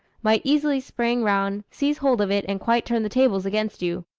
might easily spring round, seize hold of it, and quite turn the tables against you.